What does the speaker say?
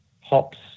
hops